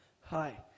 Hi